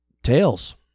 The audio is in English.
Tails